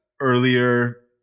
earlier